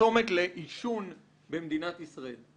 פרסומת לעישון במדינת ישראל.